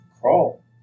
crawl